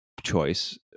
Choice